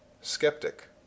Skeptic